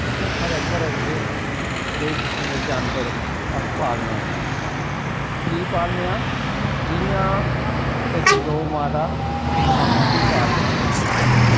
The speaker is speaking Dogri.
दिक्खो साढ़े घरै बिच केईं किस्में दे जानवर अस पालने आं कीऽ पालने आं जियां इक्क गौ माता अस उसी पालने आं